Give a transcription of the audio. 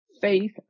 Faith